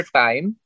time